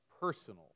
personal